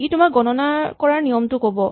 ই তোমাক গণনা কৰাৰ নিয়মটো ক'ব